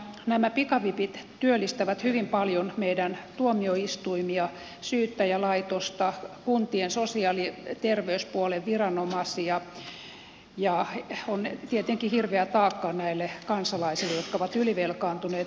nämä pikavipit työllistävät hyvin paljon meidän tuomioistuimiamme ulosottolaitosta kuntien sosiaali ja terveyspuolen viranomaisia ja ovat tietenkin hirveä taakka näille kansalaisille jotka ovat ylivelkaantuneita